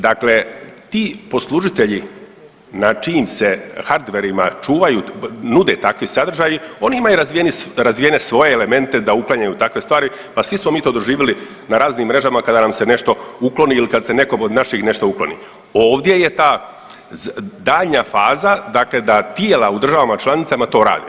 Dakle, ti poslužitelji na čijim se hardverima čuvaju i nude takvi sadržaji oni imaju razvijene svoje elemente da uklanjaju takve stvari, pa svi smo mi to doživjeli na raznim mrežama kada nam se nešto ukloni ili kad se nekom od naših nešto ukloni, ovdje je ta daljnja faza, dakle da tijela u državama članicama to rade.